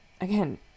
again